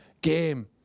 game